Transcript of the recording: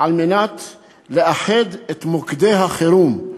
על מנת לאחד את מוקדי החירום,